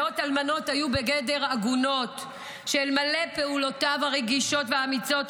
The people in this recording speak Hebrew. מאות אלמנות היו בגדר עגונות ואלמלא פעולותיו הרגישות והאמיצות,